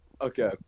Okay